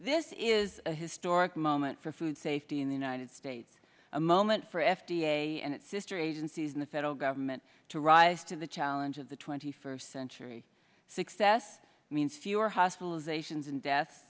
this is a historic moment for food safety in the united states a moment for f d a and its sister agencies in the federal government to rise to the challenge of the twenty first century success means fewer hospitalizations and death